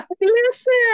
listen